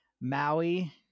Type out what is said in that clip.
Maui